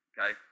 Okay